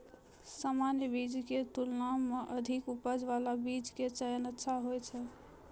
सामान्य बीज के तुलना मॅ अधिक उपज बाला बीज के चयन अच्छा होय छै